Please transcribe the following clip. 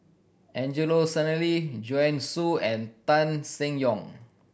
Angelo Sanelli Joanne Soo and Tan Seng Yong